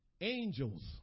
Angels